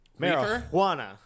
marijuana